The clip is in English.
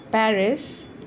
Paris